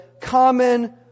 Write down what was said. common